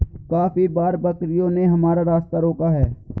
काफी बार बकरियों ने हमारा रास्ता रोका है